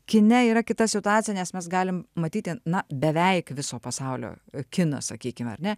kine yra kita situacija nes mes galim matyti na beveik viso pasaulio kiną sakykim ar ne